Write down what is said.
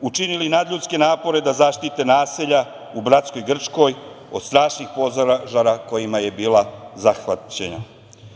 učinili nadljudske napore da zaštite naselja u bratskoj Grčkoj od strašnih požara kojima je bila zahvaćena. Srbija